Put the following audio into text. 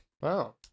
Wow